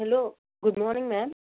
hello good morning ma'am